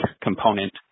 component